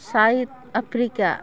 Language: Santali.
South Africa